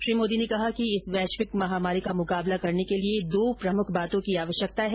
श्री मोदी ने कहा कि इस वैश्विक महामारी का मुकाबला करने के लिये दो प्रमुख बातों की आवश्यकता है